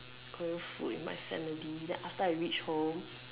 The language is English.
Korean food in my family then after I reach home